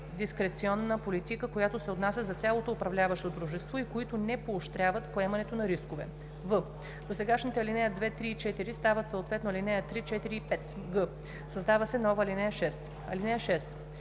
недискреционна политика, която се отнася за цялото управляващо дружество, и които не поощряват поемането на рискове.“; в)досегашните ал. 2, 3 и 4 стават съответно ал. 3, 4 и 5; г)създава се нова ал. 6: „(6)